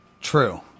True